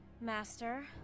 Master